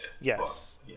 Yes